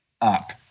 up